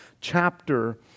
chapter